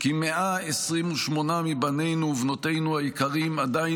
כי 128 מבנינו ובנותינו היקרים עדיין